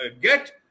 get